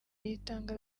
yitanga